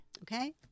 Okay